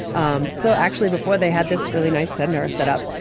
um so actually before they had this really nice center set up,